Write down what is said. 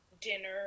dinner